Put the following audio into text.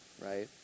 right